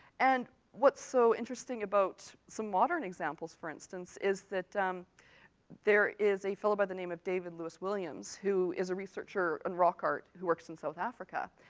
and what's so interesting about some modern examples, for instance, is that there is a fellow by the name of david lewis-williams, who is a researcher in rock art who works in south africa,